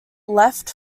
left